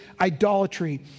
idolatry